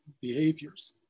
behaviors